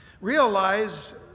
realize